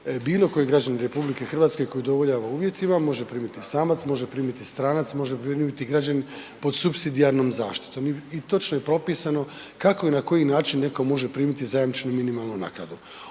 bilo koji građanin RH koji je udovoljava uvjetima, može primiti samac, može primiti stranac, može primiti građanin pod supsidijarnom zaštitom. I točno je propisano kako i na koji način netko može primiti zajamčenu minimalnu naknadu.